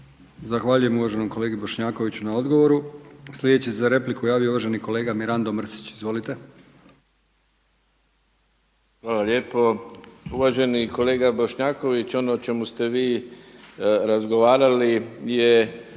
Zahvaljujem uvaženom kolegi Bošnjakoviću na odgovoru. Sljedeći se za repliku javio uvaženi kolega Mirando Mrsić. Izvolite. **Mrsić, Mirando (SDP)** Hvala lijepo. Uvaženi kolega Bošnjaković, ono o čemu ste vi razgovarali je